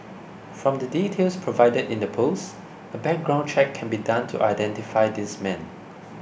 from the details provided in the post a background check can be done to identify this man